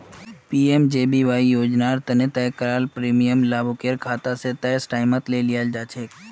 PMJBY योजना तने तय कराल प्रीमियम लाभुकेर खाता स तय टाइमत ले लियाल जाछेक